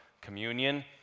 communion